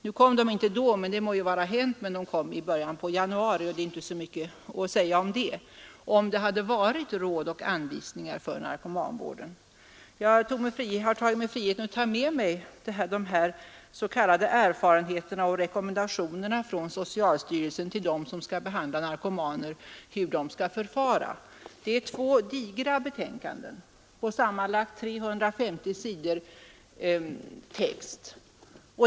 De kom inte då, men det må vara hänt, de kom i början på januari, och det är ju inte så mycket att säga om det. Om det hade varit råd och anvisningar för narkomanvården. Jag har tagit mig friheten att ta med mig de här s.k. erfarenheterna och rekommendationerna från socialstyrelsen om hur de skall förfara som skall behandla narkomaner. Det är två digra betänkanden på sammanlagt 350 sidor text.